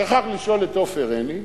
שכח לשאול את עופר עיני